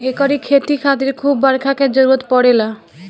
एकरी खेती खातिर खूब बरखा के जरुरत पड़ेला